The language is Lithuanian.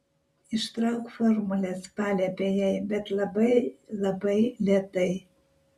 ištrauk formules paliepė jai bet labai labai lėtai